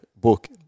book